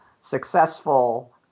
successful